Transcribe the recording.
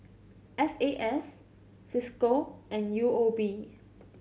F A S Cisco and U O B